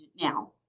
now